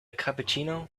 cappuccino